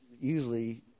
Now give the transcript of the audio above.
usually